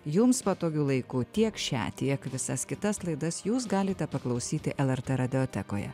jums patogiu laiku tiek šią tiek visas kitas laidas jūs galite paklausyti lrt radiotekoje